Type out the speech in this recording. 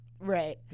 Right